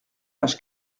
page